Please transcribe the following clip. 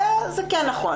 זה כן נכון.